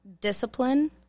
discipline